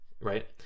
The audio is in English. right